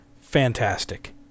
fantastic